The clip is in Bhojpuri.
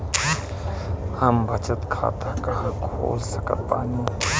हम बचत खाता कहां खोल सकत बानी?